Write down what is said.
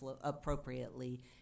appropriately